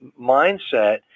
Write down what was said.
mindset